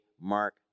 Mark